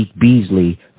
Beasley